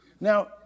Now